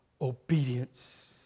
obedience